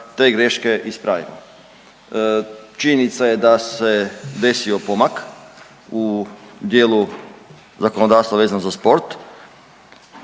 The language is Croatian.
te greške ispravimo. Činjenica je da se desio pomak u dijelu zakonodavstva vezan za sport.